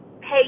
hey